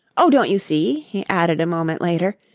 oh, don't you see, he added a moment later,